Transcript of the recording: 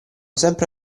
sempre